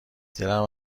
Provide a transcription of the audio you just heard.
دلم